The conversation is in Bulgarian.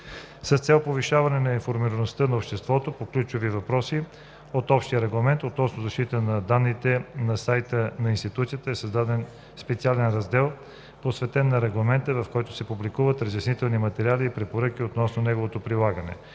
С цел повишаване на информираността на обществото по ключови въпроси от Общия регламент относно защитата на данните на сайта на институцията е създаден специален раздел, посветен на Регламента, в който се публикуват разяснителни материали и препоръки относно неговото прилагане,